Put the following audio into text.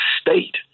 state